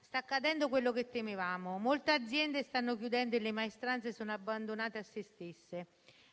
sta accadendo quello che temevamo: molte aziende stanno chiudendo e le maestranze sono abbandonate a sé stesse.